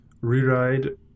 Reride